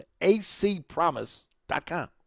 acpromise.com